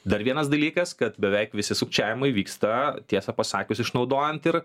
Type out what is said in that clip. dar vienas dalykas kad beveik visi sukčiavimai vyksta tiesą pasakius išnaudojant ir